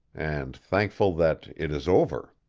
and thankful that it is over.